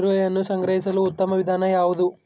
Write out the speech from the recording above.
ಈರುಳ್ಳಿಯನ್ನು ಸಂಗ್ರಹಿಸಲು ಉತ್ತಮ ವಿಧಾನ ಯಾವುದು?